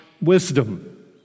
wisdom